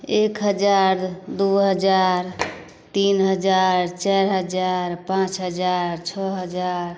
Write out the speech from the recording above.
एक हजार दू हजार तीन हजार चारि हजार पाँच हजार छओ हजार